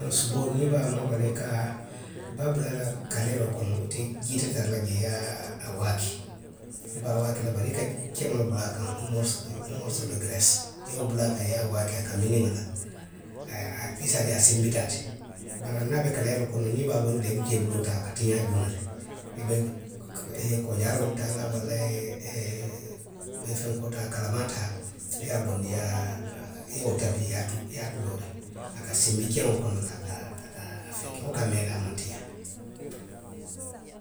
Suboo niŋ i be a maaboo la i ka a, i be a bula la kaleeroo kono jii, jii te tara la jee, i ye a waaki i be a waaki la bari i ye keŋo bula a kaŋ, morisoo de gereesi i ye wo bula a kaŋ, i ye a waaki a ka miniŋ a la, haa haa, i se a je a sinbita a ti. Bari niŋ a be kaleeroo kono niŋ i be a bondi la i buka i buloo taa, a ka tiňaa juuna le. I be ko koojaaroo le taa la walla, i ye fenkoo taa, kalamaa taa, i ye a bondi i ye a, i ye wo tabi, i ye a tu, i ye a tu looriŋ. A ka sinbi keŋo kono le, a ka a, a ka a fenke, wo ka mee le aa maŋ tiňaa.,.